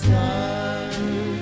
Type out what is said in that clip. time